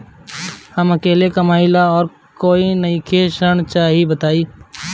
हम अकेले कमाई ला और कोई नइखे ऋण चाही बताई?